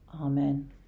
Amen